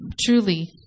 truly